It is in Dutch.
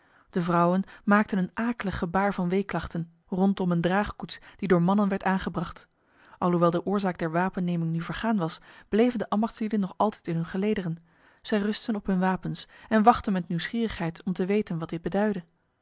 de vrouwen maakten een aaklig gebaar van weeklachten rondom een draagkoets die door mannen werd aangebracht alhoewel de oorzaak der wapenneming nu vergaan was bleven de ambachtslieden nog altijd in hun gelederen zij rustten op hun wapens en wachtten met nieuwsgierigheid om te weten wat dit